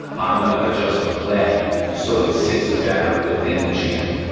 i'm gonna adjust the leg so it sits better within the channel.